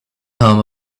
home